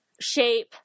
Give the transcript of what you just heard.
shape